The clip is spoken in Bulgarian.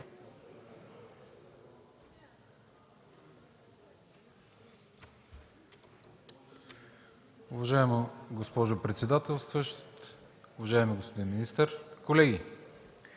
Уважаема госпожо председател, уважаеми господин министър, колеги!